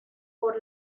por